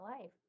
life